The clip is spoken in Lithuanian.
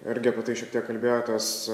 irgi tai šiek tiek kalbėjotės